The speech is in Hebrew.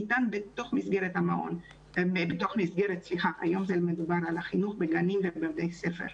ניתן במסגרת הלימודים כשהיום מדובר על החינוך בגנים ובבתי הספר.